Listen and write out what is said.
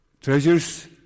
treasures